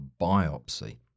biopsy